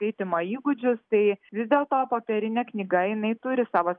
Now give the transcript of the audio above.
skaitymo įgūdžius tai vis dėlto popierinė knyga jinai turi savo